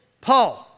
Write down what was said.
Paul